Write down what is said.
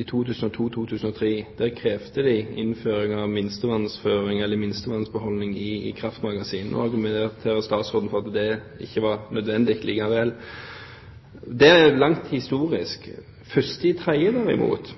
i 2002–2003, der de krevde innføring av minstevannsbeholdning i kraftmagasinene. Nå argumenterer statsråden for at det ikke var nødvendig likevel. Det er langt på vei historisk, men 1. mars i år derimot